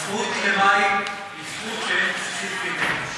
הזכות למים היא זכות שאין בסיסית ממנה.